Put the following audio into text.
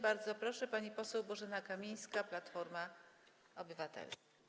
Bardzo proszę, pani poseł Bożena Kamińska, Platforma Obywatelska.